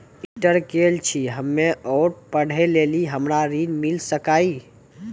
Inter केल छी हम्मे और पढ़े लेली हमरा ऋण मिल सकाई?